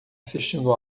assistindo